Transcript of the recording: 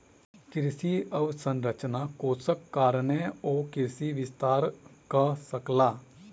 कृषि अवसंरचना कोषक कारणेँ ओ कृषि विस्तार कअ सकला